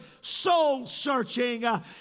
soul-searching